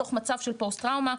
בתוך מצב של פוסט טראומה,